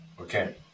Okay